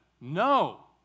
No